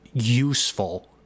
Useful